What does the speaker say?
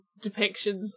depictions